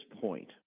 point